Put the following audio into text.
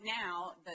now